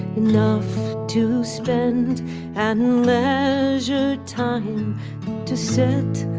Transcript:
enough to spend and leisure time to sit